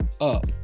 up